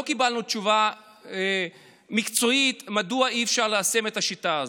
לא קיבלנו תשובה מקצועית מדוע אי-אפשר ליישם את השיטה הזאת.